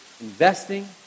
investing